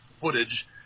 footage